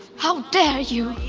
how dare you!